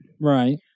Right